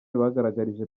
bagaragarije